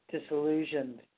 disillusioned